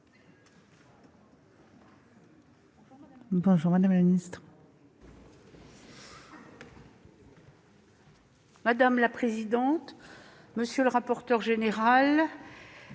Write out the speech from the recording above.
est à Mme la ministre. Madame la présidente, monsieur le rapporteur général,